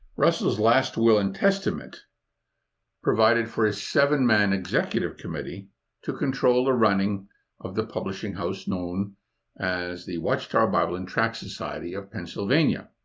russell's last will and testament provided for a seven man executive committee to control the running of the publishing house known as the watchtower bible and tract society of pennsylvania.